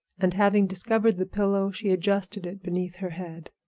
and having discovered the pillow, she adjusted it beneath her head.